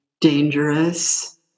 dangerous